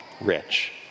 rich